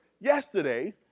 yesterday